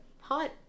hot